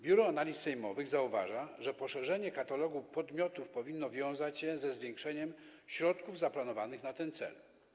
Biuro Analiz Sejmowych zauważa, że poszerzenie katalogu podmiotów powinno wiązać się ze zwiększeniem środków zaplanowanych na ten cel.